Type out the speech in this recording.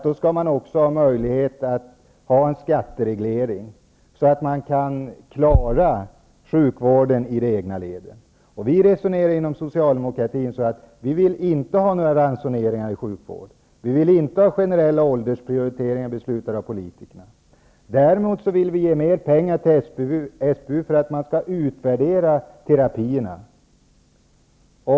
Då skall det också finnas möjlighet till en skattereglering, så att det går att klara sjukvården i de egna leden. Vi inom socialdemokratin resonerar så, att vi inte vill ha några ransoneringar i sjukvården, vi vill inte ha generella åldersprioriteringar, beslutade av politikerna. Däremot vill vi ge mer pengar till SBU för att man skall utvärdera terapierna.